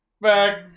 back